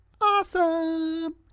Awesome